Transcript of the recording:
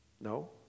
No